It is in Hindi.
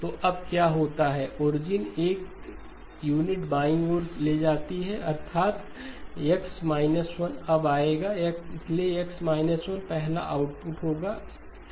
तो अब क्या होता है ओरिजिन 1 यूनिट बाईं ओर ले जाती है अर्थातX 1 अब आएगा इसलिएX 1 पहला आउटपुट होगा